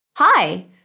Hi